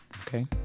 okay